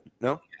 No